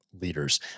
leaders